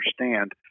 understand